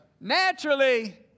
Naturally